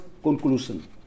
conclusion